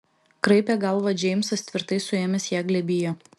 kraipė galvą džeimsas tvirtai suėmęs ją glėbyje